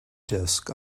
disk